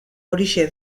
horixe